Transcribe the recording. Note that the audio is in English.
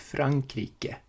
Frankrike